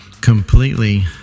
completely